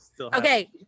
Okay